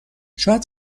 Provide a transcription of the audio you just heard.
شاید